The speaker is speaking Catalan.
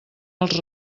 els